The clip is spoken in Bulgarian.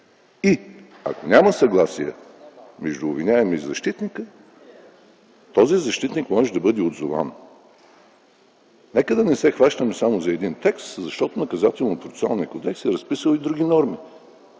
И ако няма съгласие между обвиняемия и защитника, този защитник може да бъде отзован. Нека да не се хващаме само за един текст, защото Наказателно-процесуалният кодекс е разписал и други норми.